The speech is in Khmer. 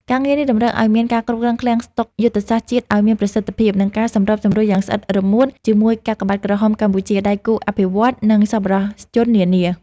ការងារនេះតម្រូវឱ្យមានការគ្រប់គ្រងឃ្លាំងស្តុកយុទ្ធសាស្ត្រជាតិឱ្យមានប្រសិទ្ធភាព និងការសម្របសម្រួលយ៉ាងស្អិតរមួតជាមួយកាកបាទក្រហមកម្ពុជា ដៃគូអភិវឌ្ឍន៍ និងសប្បុរសជននានា។